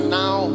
now